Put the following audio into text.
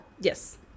Yes